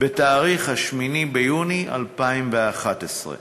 ב-8 ביוני 2014,